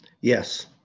Yes